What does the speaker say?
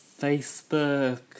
Facebook